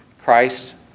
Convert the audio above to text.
Christ